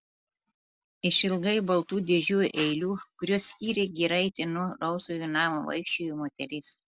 išilgai baltų dėžių eilių kurios skyrė giraitę nuo rausvojo namo vaikščiojo moteris